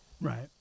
right